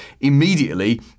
immediately